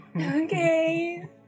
Okay